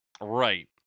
Right